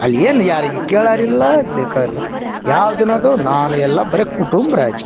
ಅಲ್ಲಿ ಏನು ಯಾರಿಗೆ ಕೇಳೋರಿಲ್ಲ ದೇಕ ಇಲ್ಲ ಯಾವ್ದನ್ನೋದು ನಾನು ಎಲ್ಲ ಬರೇ ಕುಟುಂಬ ರಾಜಕೀಯ